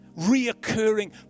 reoccurring